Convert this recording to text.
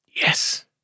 Yes